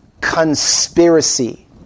conspiracy